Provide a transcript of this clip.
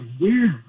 weird